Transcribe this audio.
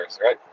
right